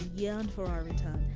yeah and for our return.